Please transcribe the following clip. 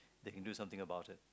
they can do something about it